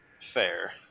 Fair